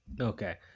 Okay